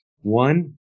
One